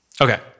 Okay